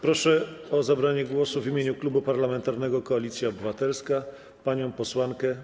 Proszę o zabranie głosu w imieniu Klubu Parlamentarnego Koalicja Obywatelska panią posłankę